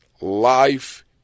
Life